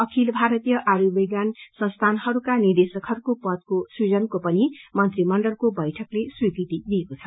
अखित भारतीय आर्युविज्ञान संसीानहरूका निदेशकहरूको पदको सृजनको पनि मंत्रीमण्डलको बैठकले स्वीकृति दिएको छ